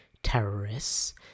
terrorists